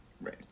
right